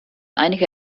einige